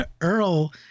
Earl